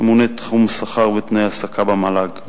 ממונה תחום שכר ותנאי העסקה במל"ג,